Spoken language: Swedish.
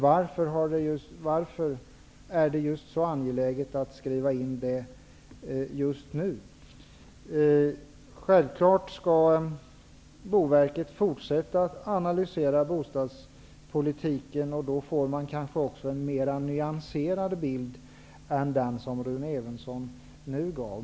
Varför är det så angeläget att skriva in detta just nu? Självfallet skall Boverket fortsätta att analysera bostadspolitiken. Då får man kanske också en mer nyanserad bild än den som Rune Evensson nu gav.